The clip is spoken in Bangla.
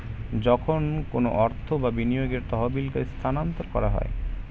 যখন কোনো অর্থ বা বিনিয়োগের তহবিলকে স্থানান্তর করা হয়